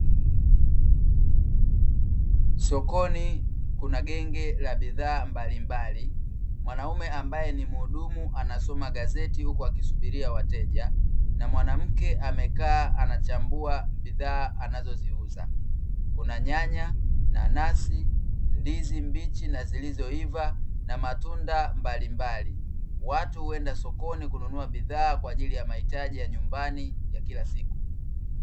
Sokoni kuna genge la bidhaa mbalimbali, mwanaume ambaye ni mhudumu anasoma gazeti huku akisubiria wateja na mwanamke amekaa anachambua bidhaa anazoziuza. Kuna nyanya, nanasi, ndizi mbichi na zilivyoiva na matunda mbalimbali, watu huenda sokoni kununua bidhaa kwa ajili ya mahitaji ya nyumbani ya kila siku.